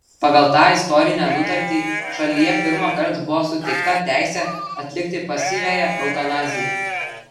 pagal tą istorinę nutartį šalyje pirmąkart buvo suteikta teisė atlikti pasyviąją eutanaziją